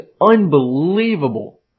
unbelievable